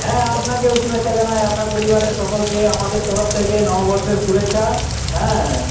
হ্যাঁ আপনাকেও শুভেচ্ছা জানাই আপনার পরিবারের সকলকে আমাদের তরফ থেকে নববর্ষের শুভেচ্ছা হ্যাঁ